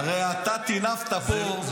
הרי אתה טינפת פה --- לא פניתי אליו,